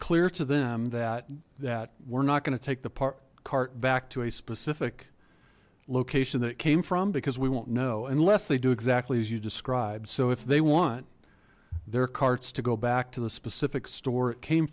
clear to them that that we're not going to take the park cart back to a specific location that it came from because we won't know unless they do exactly as you described so if they want their carts to go back to the specific store it came